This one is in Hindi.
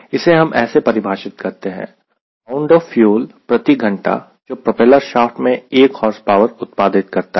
इसे हम ऐसे परिभाषित करते हैं पाउंड ऑफ फ्यूल प्रति घंटा जो प्रोपेलर शाफ्ट में एक हॉर्स पावर उत्पादित करता है